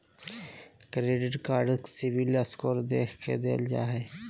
credit card CIBIL score देख के देल जा हइ